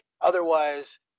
Otherwise